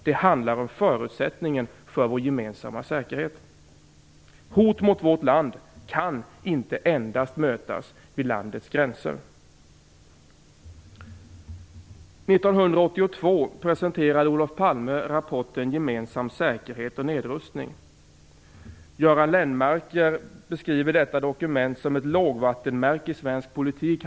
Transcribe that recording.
Det handlar om förutsättningen för vår gemensamma säkerhet. Hot mot vårt land kan inte endast mötas vid landets gränser. År 1982 presenterade Olof Palme rapporten Gemensam säkerhet och nedrustning. Göran Lennmarker beskriver detta dokument som ett lågvattenmärke i svensk politik.